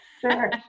sure